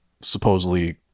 supposedly